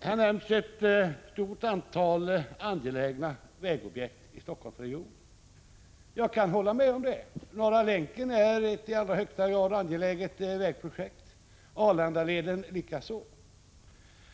Här har nämnts ett stort antal angelägna vägobjekt i Helsingforssregionen. Jag kan hålla med om att Norra Länken är ett i allra högsta grad angeläget vägprojekt, Arlandaleden likaså.